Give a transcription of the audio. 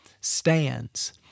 stands